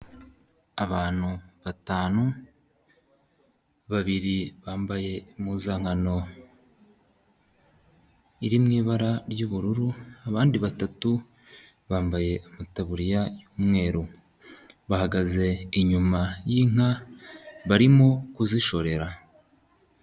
Abantu batanu, babiri bambaye impuzankano iri mu ibara ry'ubururu, abandi batatu bambaye amataburiya y'umweru bahagaze inyuma y'inka barimo kuzishorera.